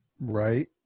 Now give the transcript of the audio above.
right